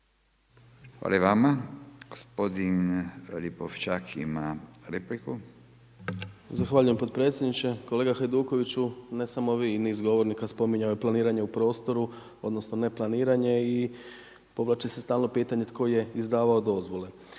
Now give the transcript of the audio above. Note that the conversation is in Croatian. Hvala i vama. Gospodin Lipošćak ima repliku. **Lipošćak, Tomislav (HDZ)** Zahvaljujem potpredsjedniče. Kolega Hajdukoviću, ne samo vi i niz govornika spominjao je planiranje u prostoru, odnosno neplaniranje i povlači se stalno pitanje tko je izdavao dozvole.